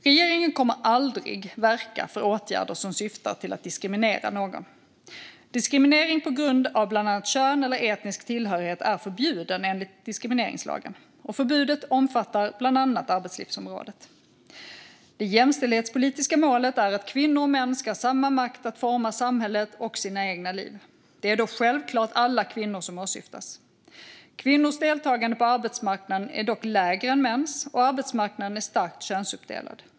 Regeringen kommer aldrig att verka för åtgärder som syftar till att diskriminera någon. Diskriminering på grund av bland annat kön eller etnisk tillhörighet är förbjuden enligt diskrimineringslagen. Förbudet omfattar bland annat arbetslivsområdet. Det jämställdhetspolitiska målet är att kvinnor och män ska ha samma makt att forma samhället och sina egna liv. Det är då självklart alla kvinnor som åsyftas. Kvinnors deltagande på arbetsmarknaden är dock lägre än mäns, och arbetsmarknaden är starkt könsuppdelad.